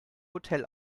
hotel